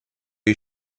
you